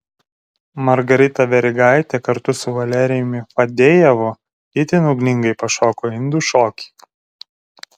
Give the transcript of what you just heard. margarita verigaitė kartu su valerijumi fadejevu itin ugningai pašoko indų šokį